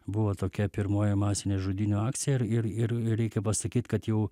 buvo tokia pirmoji masinė žudynių akcija ir ir reikia pasakyt kad jau